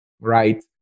right